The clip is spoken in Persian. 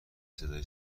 صدای